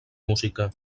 música